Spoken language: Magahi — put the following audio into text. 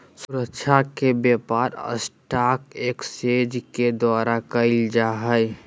सुरक्षा के व्यापार स्टाक एक्सचेंज के द्वारा क़इल जा हइ